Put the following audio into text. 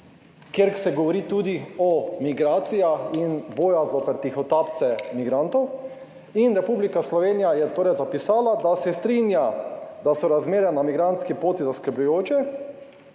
kjer se govori tudi o migracijah in boja zoper tihotapce migrantov. In Republika Slovenija je torej zapisala, da se strinja, da so razmere na migrantski poti zaskrbljujoče,